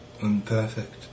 imperfect